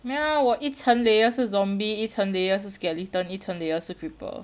没有啊我一层 layer 是 zombie 一层 layer 是 skeleton 一层 layer 是 creeper